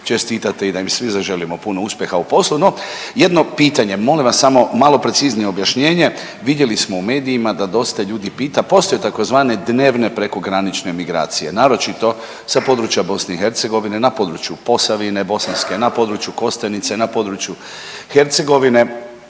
čestitate i da im svi zaželimo puno uspjeha u poslu. No, jedno pitanje molim vas samo malo preciznije objašnjene vidjeli smo u medijima da dosta ljudi pita postoje tzv. dnevne prekogranične migracije naročito sa područja BiH na području Posavine Bosanske, na području Kostajnice, na području Hercegovine